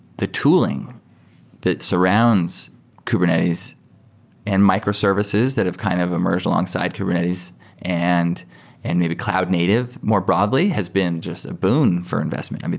the tooling that surrounds kubernetes and microservices that have kind of emerged alongside kubernetes and and maybe cloud native, more broadly, has been just a boon for investment.